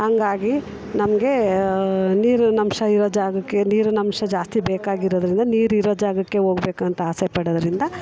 ಹಂಗಾಗಿ ನಮಗೆ ನೀರಿನಂಶ ಇರೋ ಜಾಗಕ್ಕೆ ನೀರಿನಂಶ ಜಾಸ್ತಿ ಬೇಕಾಗಿರೋದರಿಂದ ನೀರಿರೋ ಜಾಗಕ್ಕೆ ಹೋಗ್ಬೇಕು ಅಂತ ಆಸೆ ಪಡೋದ್ರಿಂದ